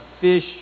fish